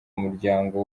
umuryango